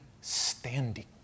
standing